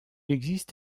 existe